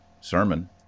sermon